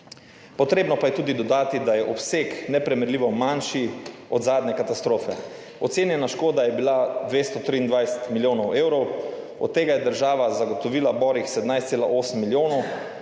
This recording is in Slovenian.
Potrebno pa je tudi dodati, da je obseg neprimerljivo manjši od zadnje katastrofe. Ocenjena škoda je bila 223 milijonov evrov, od tega je država zagotovila borih 17,8 milijonov,